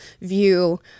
view